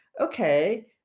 okay